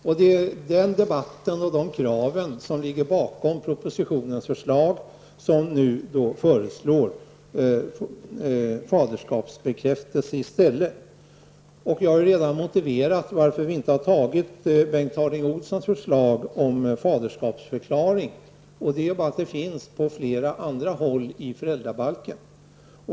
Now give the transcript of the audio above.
Det är den debatten och de kraven som ligger bakom propositionen, där nu föreslås faderskapsbekräftelse i stället. Jag har motiverat varför inte har antagit Bengt Harding Olsons förslag om faderskapsförklaring. Det ordet finns på flera andra punkter i föräldrabalken.